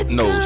no